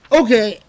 okay